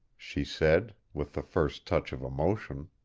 she said, with the first touch of emotion.